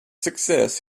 success